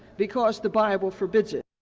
because the bible forbids it.